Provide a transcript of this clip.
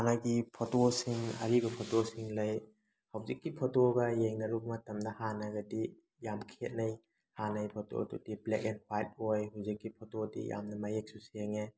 ꯍꯥꯟꯅꯒꯤ ꯐꯣꯇꯣꯁꯤꯡ ꯑꯔꯤꯕ ꯐꯣꯇꯣꯁꯤꯡ ꯂꯩ ꯍꯧꯖꯤꯛꯀꯤ ꯐꯣꯇꯣꯒ ꯌꯦꯡꯅꯔꯨꯕ ꯃꯇꯝꯗ ꯍꯥꯟꯅꯒꯗꯤ ꯌꯥꯝ ꯈꯦꯠꯅꯩ ꯍꯥꯟꯅꯩ ꯐꯣꯇꯣꯗꯨꯗꯤ ꯕ꯭ꯂꯦꯛ ꯑꯦꯟ ꯍ꯭ꯋꯥꯏꯠ ꯑꯣꯏ ꯍꯧꯖꯤꯛꯀꯤ ꯐꯣꯇꯣꯗꯤ ꯌꯥꯝꯅ ꯃꯌꯦꯛꯁꯨ ꯁꯦꯡꯉꯦ